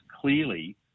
clearly